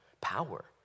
power